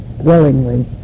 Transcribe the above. willingly